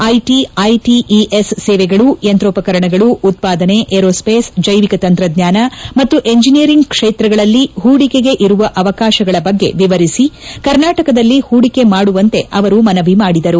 IT ITES ಸೇವೆಗಳು ಯಂತ್ರೋಪಕರಣಗಳು ಉತ್ಪಾದನೆ ಏರೋಸ್ವೇಸ್ ಜೈವಿಕ ತಂತ್ರಜ್ಞಾನ ಮತ್ತು ಎಂಜಿನಿಯರಿಂಗ್ ಕ್ಷೇತ್ರಗಳಲ್ಲಿ ಹೂಡಿಕೆಗೆ ಇರುವ ಅವಕಾಶಗಳ ಬಗ್ಗೆ ವಿವರಿಸಿ ಕರ್ನಾಟಕದಲ್ಲಿ ಹೂಡಿಕೆ ಮಾಡುವಂತೆ ಅವರು ಮನವಿ ಮಾಡಿದರು